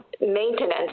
maintenance